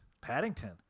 Paddington